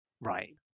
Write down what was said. right